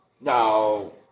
No